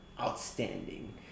Outstanding